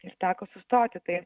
ir teko sustoti tai